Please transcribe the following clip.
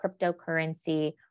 cryptocurrency